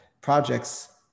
projects